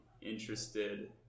interested